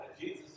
Jesus